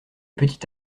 petit